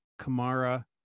kamara